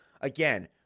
Again